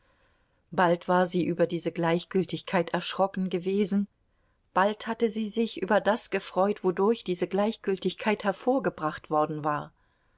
bald war sie über diese gleichgültigkeit erschrocken gewesen bald hatte sie sich über das gefreut wodurch diese gleichgültigkeit hervorgebracht worden war